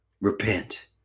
Repent